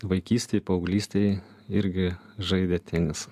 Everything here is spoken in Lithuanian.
vaikystėj paauglystėj irgi žaidė tenisą